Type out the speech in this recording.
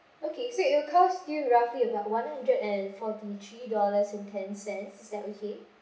okay so it will cost you roughly about one hundred and forty-three dollars and ten cents is that okay